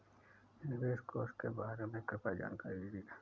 निवेश कोष के बारे में कृपया जानकारी दीजिए